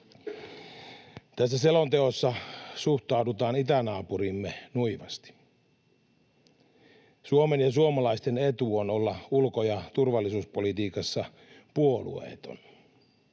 Tässä selonteossa suhtaudutaan itänaapuriimme nuivasti. Suomen ja suomalaisten etu on olla ulko- ja turvallisuuspolitiikassa puolueeton